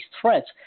threats